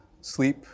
sleep